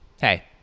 Hey